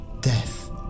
death